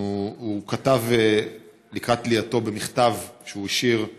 הוא כתב לקראת תלייתו, במכתב שהוא השאיר: